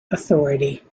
authority